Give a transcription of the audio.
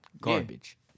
garbage